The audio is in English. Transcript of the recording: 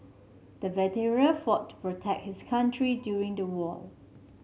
the veteran fought to protect his country during the war